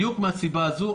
בדיוק מהסיבה הזו.